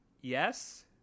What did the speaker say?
yes